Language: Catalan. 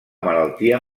malaltia